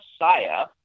Messiah